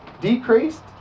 decreased